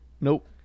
Nope